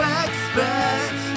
expect